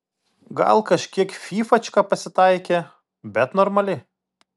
gal kažkiek fyfačka pasitaikė bet normali